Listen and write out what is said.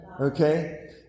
Okay